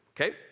Okay